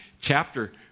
chapter